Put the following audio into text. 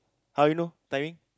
how you know timing